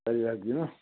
पारेर राख्दिनू